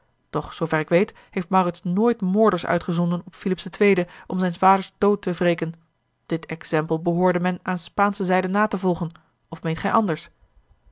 zoover ik weet heeft maurits nooit moorders uitgezonden op filips ii om zijns vaders dood te wreken dit exempel behoorde men aan spaansche zijde na te volgen of meent gij anders